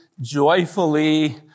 joyfully